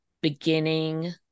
beginning